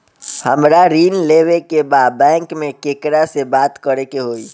हमरा ऋण लेवे के बा बैंक में केकरा से बात करे के होई?